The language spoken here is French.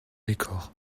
décor